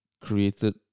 created